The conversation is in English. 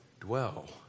dwell